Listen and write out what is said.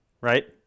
right